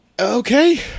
okay